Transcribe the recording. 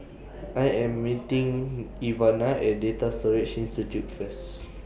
I Am meeting Ivana At Data Storage Institute First